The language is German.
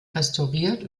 restauriert